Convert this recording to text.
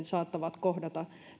saattavat kohdata